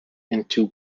into